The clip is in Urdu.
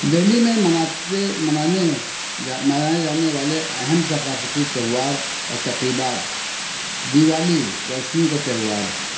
دہلی میں مناتے منانے منائے جانے والے اہم ثقافتی تہوار اور تقریبات دیوالی روشنیوں کا تہوار